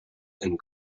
and